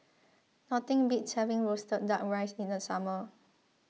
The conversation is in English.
nothing beats having Roasted Duck Rice in the summer